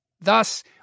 Thus